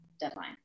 deadline